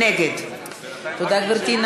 נגד תודה, גברתי.